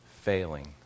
failing